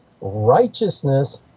righteousness